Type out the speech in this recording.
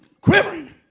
quivering